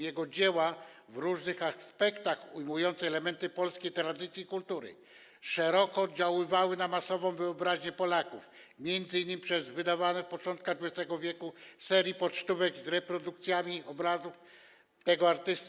Jego dzieła, w różnych aspektach ujmujące elementy polskiej tradycji i kultury, szeroko oddziaływały na masową wyobraźnię Polaków, m.in. przez wydawane w początkach XX w. serie pocztówek z reprodukcjami obrazów tego artysty.